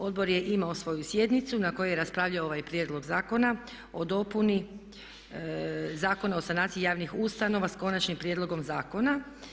Odbor je imao svoju sjednicu na kojoj je raspravljao ovaj Prijedlog zakona o dopuni Zakona o sanaciji javnih ustanova sa Konačnim prijedlogom zakona.